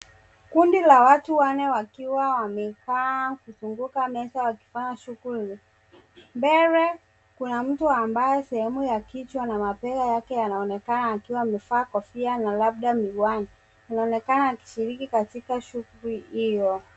Kundi la watu wanne wakiwa wamekaa kuzunguka meza wakifanya shughuli. Mbele kuna mtu ambaye sehemu ya kichwa na mabega yake yanaonekana yakiwa amevaa kofia na labda miwani. Anaonekana akishiriki katika shuguli hiyo.